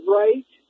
right